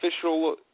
official